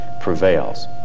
prevails